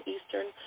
Eastern